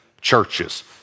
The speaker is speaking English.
churches